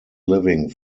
living